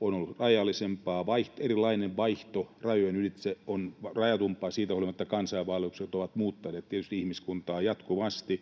on ollut rajallisempaa, erilainen vaihto rajojen ylitse on ollut rajatumpaa. Siitä huolimatta kansainvaellukset ovat muuttaneet tietysti ihmiskuntaa jatkuvasti.